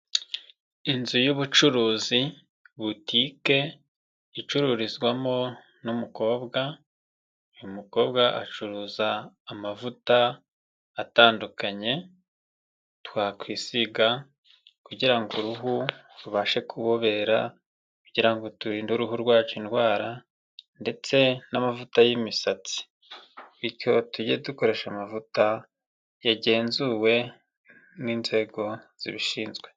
Inzu y'ubucuruzi butike icururizwamo n'umukobwa. Uyu mukobwa acuruza amavuta atandukanye twakwisiga kugira ngo uruhu rubashe kubobera; kugira ngo turinde uruhu rwacu indwara ndetse n'amavuta y'imisatsi bityo tujye dukoresha amavuta yagenzuwe n'inzego zibishinzwe.